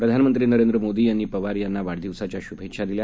प्रधानमंत्री नरेंद्र मोदी यांनी पवार यांना वाढदिवसाच्या शुभेच्छा दिल्या